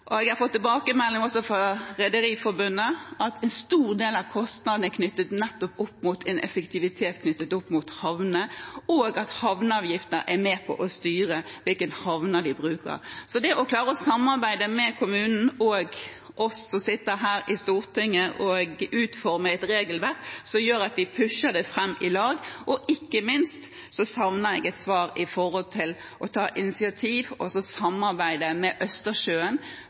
at havneavgiftene er med på å styre hvilke havner de bruker. En må klare å samarbeide med kommunen og oss som sitter her i Stortinget og utformer et regelverk, som gjør at vi pusher det fram i lag. Og ikke minst savner jeg et svar når det gjelder å ta initiativ og samarbeide med Østersjøen,